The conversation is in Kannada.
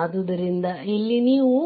ಆದ್ದರಿಂದ ಇಲ್ಲಿ ನೀವು